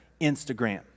Instagram